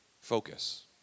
focus